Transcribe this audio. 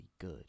good